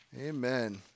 Amen